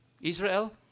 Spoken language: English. Israel